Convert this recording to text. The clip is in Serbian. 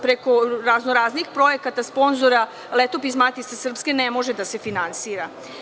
Preko razno-raznih projekata, sponzora, Letopis Matice srpske ne može da se finansira.